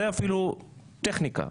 זה טכניקה,